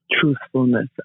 truthfulness